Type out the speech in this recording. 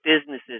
businesses